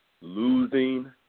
losing